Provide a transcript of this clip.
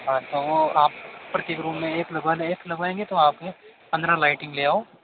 हाँ तो वो प्रत्येक रूम में एक लगवाने एक लगाएंगे तो आपके पन्द्रह लाइटिंग ले आओ